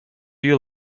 you